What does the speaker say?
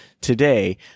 today